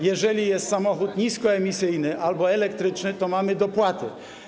Jeżeli jest samochód niskoemisyjny albo elektryczny, to mamy dopłaty.